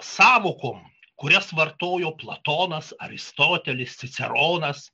sąvokom kurias vartojo platonas aristotelis ciceronas